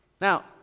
Now